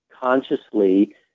consciously